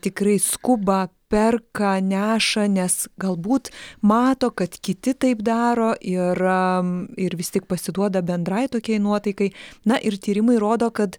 tikrai skuba perka neša nes galbūt mato kad kiti taip daro ir ir vis tik pasiduoda bendrai tokiai nuotaikai na ir tyrimai rodo kad